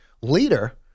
leader